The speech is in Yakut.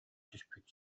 түспүт